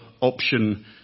option